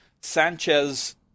sanchez